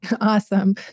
Awesome